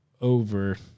over